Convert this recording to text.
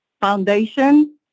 foundation